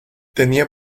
tenía